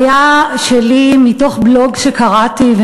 בחוויה שלי מתוך בלוג שקראתי,